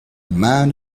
man